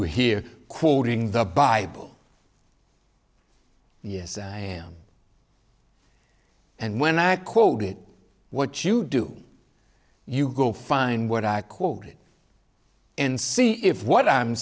here quoting the bible yes i am and when i quoted what you do you go find what i quoted in see if what i'm